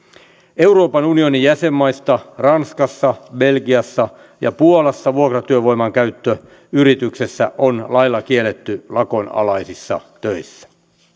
euroopan unionin jäsenmaista ranskassa belgiassa ja puolassa vuokratyövoiman käyttö yrityksessä on lailla kielletty lakon alaisissa töissä